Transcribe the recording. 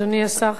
אדוני השר,